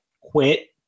quit